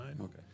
Okay